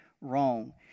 wrong